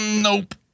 Nope